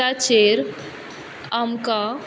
ताचेर आमकां